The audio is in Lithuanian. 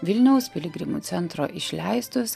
vilniaus piligrimų centro išleistus